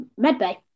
Medbay